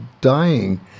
dying